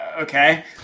Okay